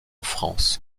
france